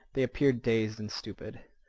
they appeared dazed and stupid.